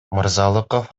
мырзалыков